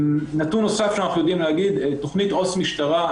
נתון נוסף שאנחנו יודעים להגיד זה על תכניות עו"ס משטרה.